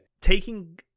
Taking